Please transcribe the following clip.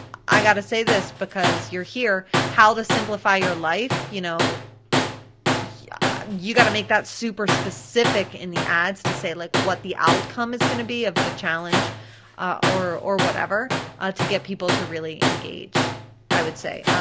i gotta say this, because you're here, how to simplify your life, you know yeah you gotta make that super specific in the ads to say like what the outcome is gonna be of the challenge or or whatever to get people to really engage i would say.